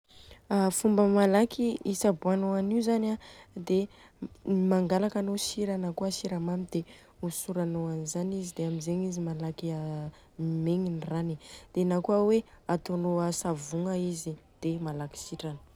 A fomba malaky hitsabôanô anio zany an dia mangalaka anô sira na kôa siramamy dia hosorana an'izany izy dia amzegny izy malaky megnina i rany. Dia na kôa hoe atônô savogna izy dia malaky sitrana.